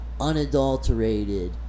unadulterated